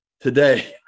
today